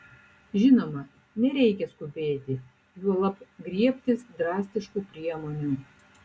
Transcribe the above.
žinoma nereikia skubėti juolab griebtis drastiškų priemonių